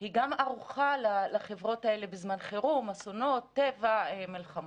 היא גם ערוכה לחברות האלה בזמן חירום כגון אסונות טבע ומלחמות?